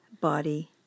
body